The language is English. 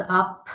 up